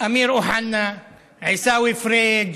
אמיר אוחנה, עיסאווי פריג',